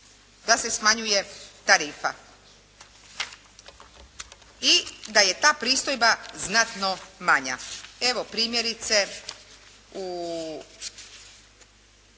da se smanjuje tarifa i da je ta pristojba znatno manja. Evo primjerice, u